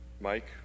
Mike